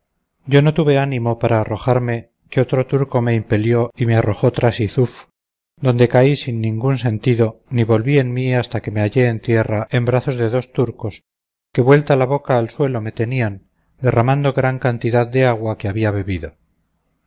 yo no tuve ánimo para arrojarme que otro turco me impelió y me arrojó tras yzuf donde caí sin ningún sentido ni volví en mí hasta que me hallé en tierra en brazos de dos turcos que vuelta la boca al suelo me tenían derramando gran cantidad de agua que había bebido